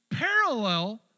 parallel